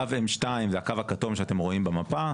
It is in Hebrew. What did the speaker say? קו M2 זה הקו הכתום שאתם רואים במפה,